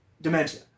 dementia